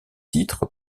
titre